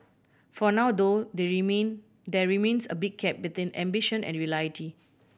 for now though the remain there remains a big gap between ambition and reality